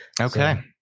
Okay